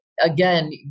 again